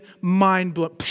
mind-blowing